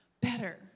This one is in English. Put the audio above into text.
Better